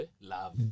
Love